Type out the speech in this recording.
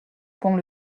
pont